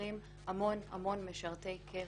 ומשחררים המון משרתי קבע.